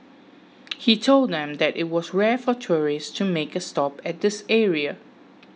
he told them that it was rare for tourists to make a stop at this area